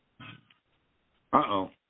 Uh-oh